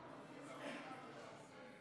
תוקף),